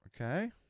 Okay